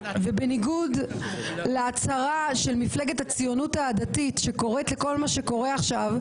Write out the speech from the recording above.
ובניגוד להצהרה של מפלגת הציונות הדתית שקוראת לכל מה שקורה עכשיו,